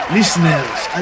Listeners